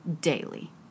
daily